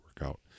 workout